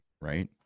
right